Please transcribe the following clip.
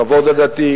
כבוד הדדי,